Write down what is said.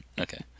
okay